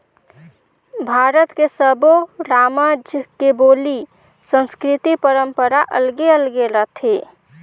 भारत के सब्बो रामज के बोली, संस्कृति, परंपरा अलगे अलगे रथे